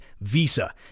Visa